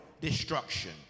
destruction